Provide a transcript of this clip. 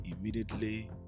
immediately